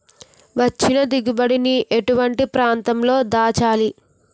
వచ్చిన దిగుబడి ని ఎటువంటి ప్రాంతం లో దాచాలి?